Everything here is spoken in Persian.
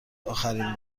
اخرین